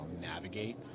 navigate